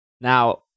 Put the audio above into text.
Now